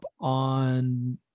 on